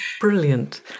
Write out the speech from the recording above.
brilliant